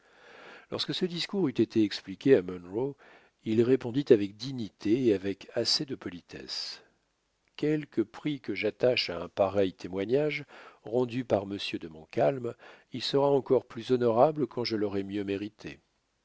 lorsque ce discours eut été expliqué à munro il répondit avec dignité et avec assez de politesse quelque prix que j'attache à un pareil témoignage rendu par monsieur de montcalm il sera encore plus honorable quand je l'aurai mieux mérité